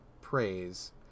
praise